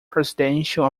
presidential